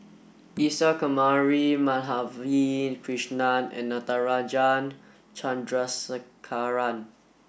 Isa Kamari Madhavi Krishnan and Natarajan Chandrasekaran